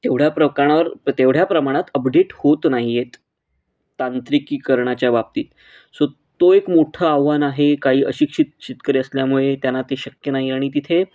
तेवढ्या प्रकाणावर तेवढ्या प्रमाणात अपडेट होत नाही आहेत तांत्रिकीकरणाच्या बाबतीत सो तो एक मोठं आव्हान आहे काही अशिक्षित शेतकरी असल्यामुळे त्यांना ते शक्य नाही आणि तिथे